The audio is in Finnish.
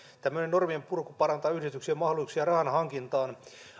tämmöinen normien purku parantaa yhdistysten mahdollisuuksia rahan hankintaan